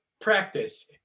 practice